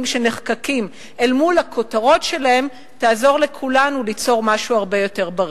שנחקקים אל מול הכותרות שלהם יעזרו לכולנו ליצור משהו הרבה יותר בריא.